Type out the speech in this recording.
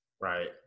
Right